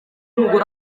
umugore